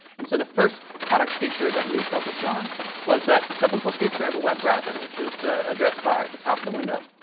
and so the first product feature that we focused on was that typical feature of a web browser, which is the address bar at the top of the window.